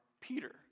Peter